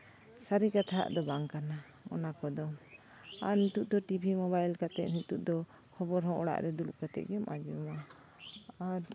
ᱥᱟᱹᱨᱤ ᱠᱟᱛᱷᱟ ᱟᱜ ᱫᱚ ᱵᱟᱝ ᱠᱟᱱᱟ ᱚᱱᱟ ᱠᱚᱫᱚ ᱟᱨ ᱱᱤᱛᱳᱜ ᱫᱚ ᱴᱤᱵᱷᱤ ᱢᱳᱵᱟᱭᱤᱞ ᱠᱟᱛᱮᱫ ᱱᱤᱛᱳᱜ ᱫᱚ ᱠᱷᱚᱵᱚᱨ ᱦᱚᱸ ᱚᱲᱟᱜ ᱨᱮ ᱫᱩᱲᱩᱵ ᱠᱟᱛᱮᱫ ᱜᱮᱢ ᱟᱸᱡᱚᱢᱟ ᱟᱨ